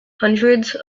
hundreds